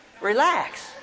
relax